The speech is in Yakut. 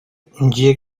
дьиэ